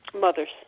Mother's